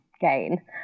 gain